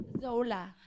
Zola